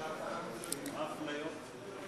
למה האפליה?